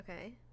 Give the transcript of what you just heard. Okay